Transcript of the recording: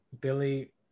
Billy